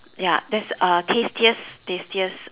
ya that's uh tastiest tastiest